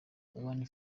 une